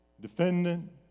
defendant